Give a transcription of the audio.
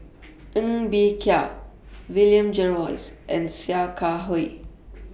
Ng Bee Kia William Jervois and Sia Kah Hui